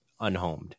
unhomed